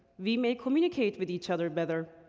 we may communicate with each other better,